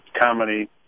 comedy